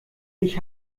ich